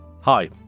Hi